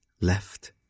left